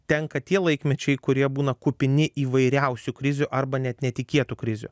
tenka tie laikmečiai kurie būna kupini įvairiausių krizių arba net netikėtų krizių